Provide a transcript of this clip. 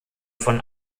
von